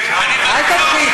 אל תתחיל,